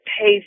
pay